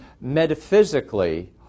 metaphysically